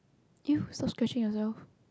!ew! stop scratching yourself